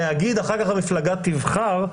להגיד "אחר כך המפלגה תבחר",